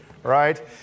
right